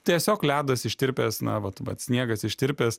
tiesiog ledas ištirpęs na vat vat sniegas ištirpęs